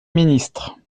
ministre